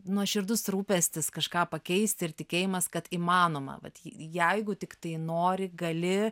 nuoširdus rūpestis kažką pakeisti ir tikėjimas kad įmanoma vat jeigu tiktai nori gali